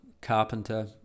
carpenter